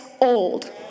old